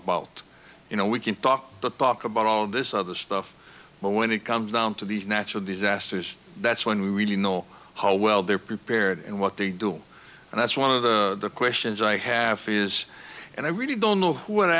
about you know we can talk but talk about all this other stuff but when it comes down to these natural disasters that's when we really know how well they're prepared and what they do and that's one of the questions i have is and i really don't know what i